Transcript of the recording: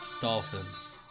Dolphins